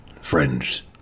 friends